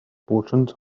portions